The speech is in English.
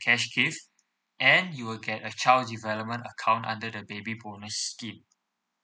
cash gift and you will get a child development account under the baby bonus scheme